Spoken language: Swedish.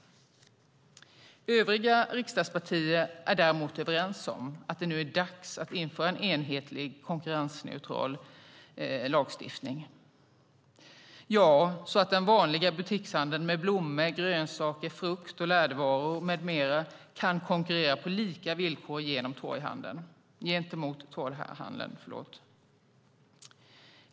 Övriga riksdagspartier är däremot överens om att det nu är dags att införa en enhetlig, konkurrensneutral lagstiftning - ja, så att den vanliga butikshandeln med blommor, grönsaker, frukt och lädervaror med mera kan konkurrera på lika villkor gentemot torghandeln.